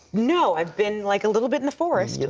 no. ive been like a little bit in the forest. yeah